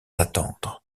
attendre